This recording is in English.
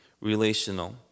relational